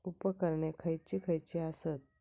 उपकरणे खैयची खैयची आसत?